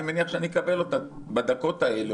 אני מניח שאקבל אותה בדקות האלה,